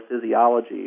physiology